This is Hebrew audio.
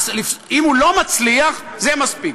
אם הוא מצליח, זה מספיק.